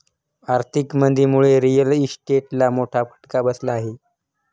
आर्थिक मंदीमुळे रिअल इस्टेटला मोठा फटका बसला आहे